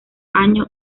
año